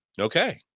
Okay